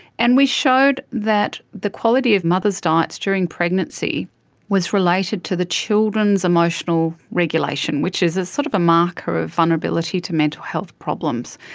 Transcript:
and we showed that the quality of mothers' diets during pregnancy was related to the children's emotional regulation, which is a sort of marker of vulnerability to mental health problems.